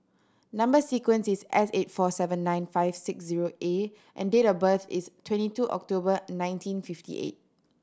number sequence is S eight four seven nine five six zero A and date of birth is twenty two October nineteen fifty eight